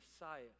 Messiah